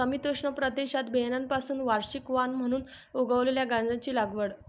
समशीतोष्ण प्रदेशात बियाण्यांपासून वार्षिक वाण म्हणून उगवलेल्या गांजाची लागवड